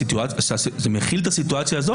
זה מכיל את הסיטואציה הזאת.